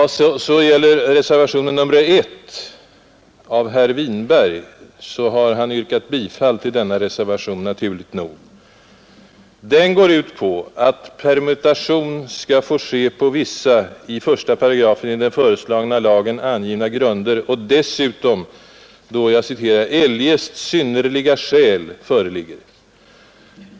Vad sä gäller reservationen 1 av herrar Lidgard och Winberg har herr Winberg, naturligt nog, yrkat bifall till denna. Den går ut på att permutation skall få ske på vissa i I § i den föreslagna lagen angivna grunder och dessutom då ”eljest synnerliga skäl” föreligger.